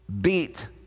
Beat